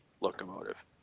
locomotive